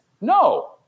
No